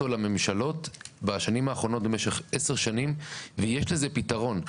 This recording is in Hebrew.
לממשלות בשנים האחרונות במשך עשר שנים ויש לזה פתרון.